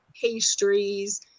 pastries